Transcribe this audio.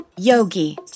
Yogi